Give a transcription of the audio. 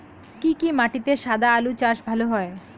কি কি মাটিতে সাদা আলু চাষ ভালো হয়?